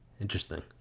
Interesting